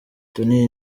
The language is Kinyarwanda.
tonny